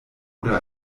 oder